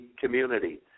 community